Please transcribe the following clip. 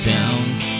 Towns